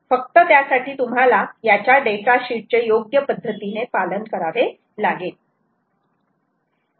फक्त त्यासाठी तुम्हाला याच्या डेटा शीट चे योग्य पद्धतीने पालन करावे लागेल